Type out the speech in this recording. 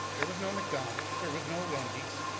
there was no mcdonald's. there was no wendy's.